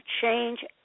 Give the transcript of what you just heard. change